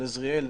אזריאל,